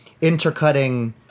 intercutting